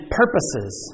purposes